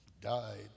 died